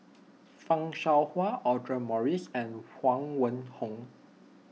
Fan Shao Hua Audra Morrice and Huang Wenhong